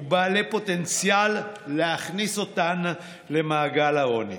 ובעלי פוטנציאל להכניס אותן למעגל העוני.